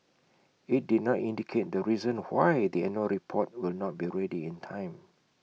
IT did not indicate the reason why the annual report will not be ready in time